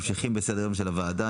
אנחנו ממשיכים בסדר היום של הוועדה.